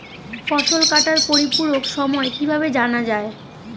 ফসল কাটার পরিপূরক সময় কিভাবে জানা যায়?